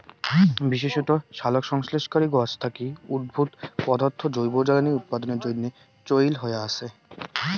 বিশেষত সালোকসংশ্লেষণকারী গছ থাকি উদ্ভুত পদার্থ জৈব জ্বালানী উৎপাদনের জইন্যে চইল হয়া আচে